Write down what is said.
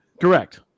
Correct